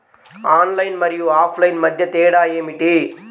Online మరియు offline మధ్య తేడా ఏమిటీ?